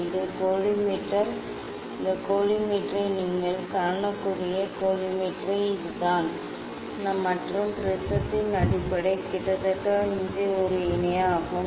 இது கோலிமேட்டர் இந்த கோலிமேட்டரை நீங்கள் காணக்கூடிய கோலிமேட்டர் இதுதான் மற்றும் ப்ரிஸத்தின் அடிப்படை கிட்டத்தட்ட ஒரு இணையாகும்